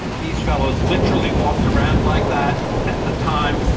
these fellows literally walked around like that at the time.